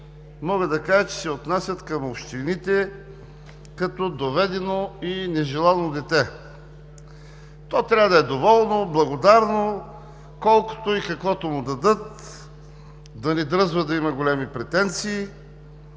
мога да кажа, че се отнасят към общините като доведено и нежелано дете. То трябва да е доволно, благодарно колкото и когато му дадат, да не дръзва да има големи претенции,